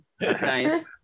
Nice